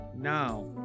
Now